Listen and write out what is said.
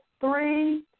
three